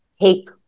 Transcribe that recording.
Take